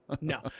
No